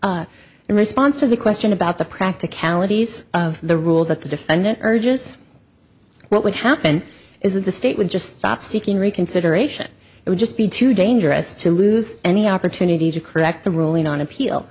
stokes in response to the question about the practicalities of the rule that the defendant urges what would happen is that the state would just stop seeking reconsideration it would just be too dangerous to lose any opportunity to correct the ruling on appeal